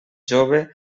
jove